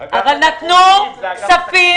אבל נתנו כסף.